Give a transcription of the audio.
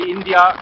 India